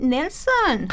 Nelson